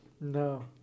No